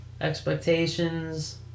Expectations